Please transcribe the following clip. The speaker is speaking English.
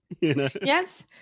Yes